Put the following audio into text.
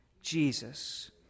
Jesus